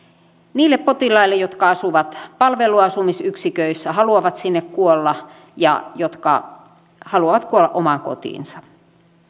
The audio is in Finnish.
niille potilaille jotka asuvat palveluasumisyksiköissä ja haluavat sinne kuolla jotka haluavat kuolla omaan kotiinsa